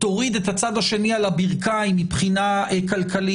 תוריד את הצד השני על הברכיים מבחינה כלכלית,